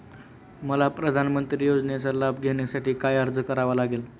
मला प्रधानमंत्री योजनेचा लाभ घेण्यासाठी काय अर्ज करावा लागेल?